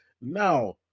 Now